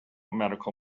medical